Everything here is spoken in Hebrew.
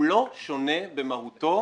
הוא לא שונה במהותו,